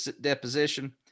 deposition